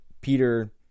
Peter